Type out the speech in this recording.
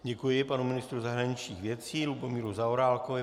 Děkuji panu ministru zahraničních věcí Lubomíru Zaorálkovi.